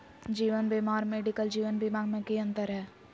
जीवन बीमा और मेडिकल जीवन बीमा में की अंतर है?